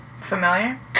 Familiar